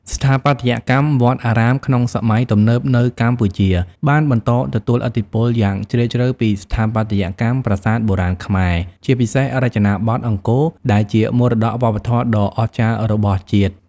ស្ថាបត្យកម្មវត្តអារាមក្នុងសម័យទំនើបនៅកម្ពុជាបានបន្តទទួលឥទ្ធិពលយ៉ាងជ្រាលជ្រៅពីស្ថាបត្យកម្មប្រាសាទបុរាណខ្មែរ ជាពិសេសរចនាបថអង្គរ ដែលជាមរតកវប្បធម៌ដ៏អស្ចារ្យរបស់ជាតិ។